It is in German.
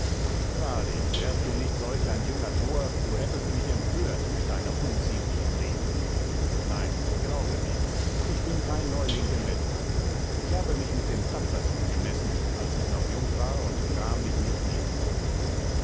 wahrlich wärst du nicht solch ein junger thor du hättest mich empört mit deiner unziemlichen rede nein glaube mir ich bin kein neuling im wettkampfe ich habe mich mit den tapfersten gemessen als ich noch jung war und gram mich nicht